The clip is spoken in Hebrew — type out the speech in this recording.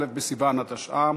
א' בסיוון התשע"ה,